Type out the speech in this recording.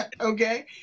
okay